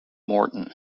morton